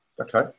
Okay